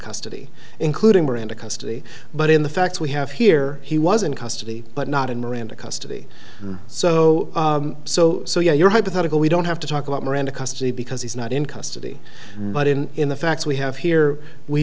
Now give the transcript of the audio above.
custody including miranda custody but in the facts we have here he was in custody but not in miranda custody so so so your hypothetical we don't have to talk about miranda custody because he's not in custody but in in the facts we have here we